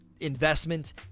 investment